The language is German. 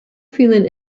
vielen